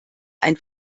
ein